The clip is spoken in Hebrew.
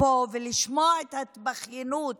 פה ולשמוע את ההתבכיינות